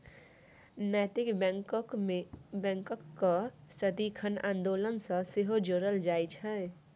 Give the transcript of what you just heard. नैतिक बैंककेँ सदिखन आन्दोलन सँ सेहो जोड़ल जाइत छै